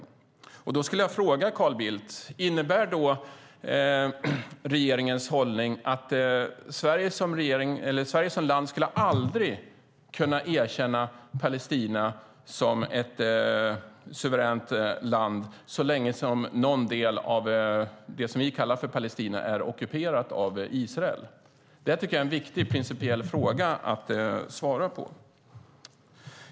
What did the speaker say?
Då vill jag ställa följande fråga till Carl Bildt: Innebär regeringens hållning att Sverige som land aldrig skulle kunna erkänna Palestina som ett suveränt land så länge någon del av det som vi kallar Palestina är ockuperat av Israel? Detta är en viktig principiell fråga att svara på.